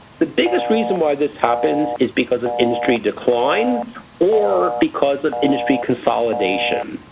the biggest reasons why this happens is because of industry decline or because of industry consolidation.